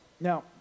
Now